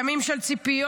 ימים של ציפיות,